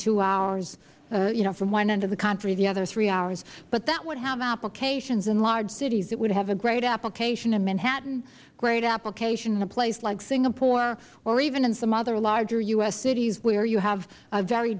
two hours you know from one end of the country to the other three hours but that would have applications in large cities it would have a great application in manhattan a great application in a place like singapore or even in some other larger u s cities where you have a very